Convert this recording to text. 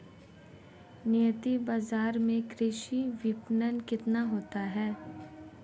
नियमित बाज़ार में कृषि विपणन कितना होता है?